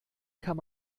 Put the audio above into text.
kann